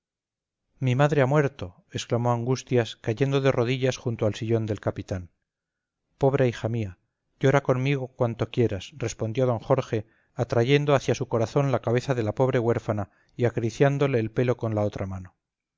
mi madre ha muerto exclamó angustias cayendo de rodillas junto al sillón del capitán pobre hija mía llora conmigo cuanto quieras respondió d jorge atrayendo hacia su corazón la cabeza de la pobre huérfana y acariciándole el pelo con la otra mano